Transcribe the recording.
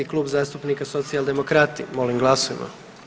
Klub zastupnika Socijaldemokrati, molim glasujmo.